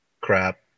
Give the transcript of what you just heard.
crap